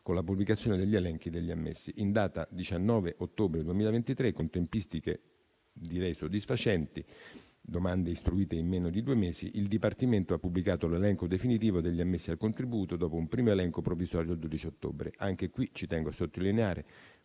con la pubblicazione degli elenchi degli ammessi. In data 19 ottobre 2023, con tempistiche direi soddisfacenti (domande istruite in meno di due mesi), il Dipartimento ha pubblicato l'elenco definitivo degli ammessi al contributo, dopo un primo elenco provvisorio il 12 ottobre. Anche in questo caso ci tengo a sottolineare,